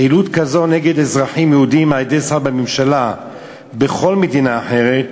פעילות כזאת נגד אזרחים יהודים על-ידי שר בממשלה בכל מדינה אחרת